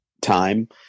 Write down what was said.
time